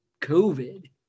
COVID